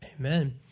Amen